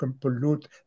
pollute